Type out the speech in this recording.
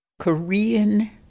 Korean